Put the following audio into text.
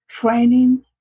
training